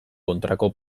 kontrako